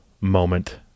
moment